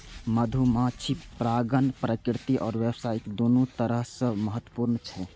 मधुमाछी परागण प्राकृतिक आ व्यावसायिक, दुनू तरह सं महत्वपूर्ण छै